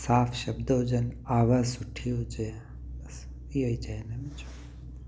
साफ़ शब्द हुजनि आवाज़ सुठी हुजे बसि हीअई चवंदुमि